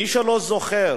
מי שלא זוכר,